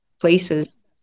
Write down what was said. places